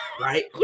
Right